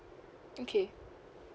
okay